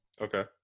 Okay